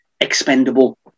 Expendable